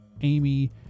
Amy